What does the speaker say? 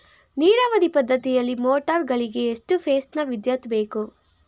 ನೀರಾವರಿ ಪದ್ಧತಿಯಲ್ಲಿ ಮೋಟಾರ್ ಗಳಿಗೆ ಎಷ್ಟು ಫೇಸ್ ನ ವಿದ್ಯುತ್ ಬೇಕು?